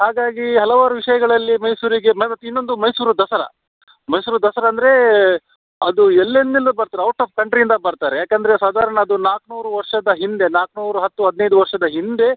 ಹಾಗಾಗಿ ಹಲವಾರು ವಿಷಯಗಳಲ್ಲಿ ಮೈಸೂರಿಗೆ ಮತ್ತು ಇನ್ನೊಂದು ಮೈಸೂರು ದಸರಾ ಮೈಸೂರು ದಸರಾ ಅಂದ್ರೆ ಅದು ಎಲ್ಲಿಂದೆಲ್ಲ ಬರ್ತಾರೆ ಔಟ್ ಆಫ್ ಕಂಟ್ರಿಯಿಂದ ಬರ್ತಾರೆ ಏಕಂದ್ರೆ ಸಾಧಾರಣ ಅದು ನಾಲ್ಕುನೂರು ವರ್ಷದ ಹಿಂದೆ ನಾಲ್ಕುನೂರು ಹತ್ತು ಹದಿನೈದು ವರ್ಷದ ಹಿಂದೆ